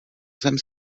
jsem